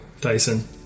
Tyson